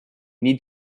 need